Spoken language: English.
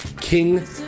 King